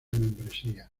membresía